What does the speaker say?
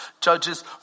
Judges